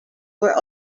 were